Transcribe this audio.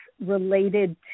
related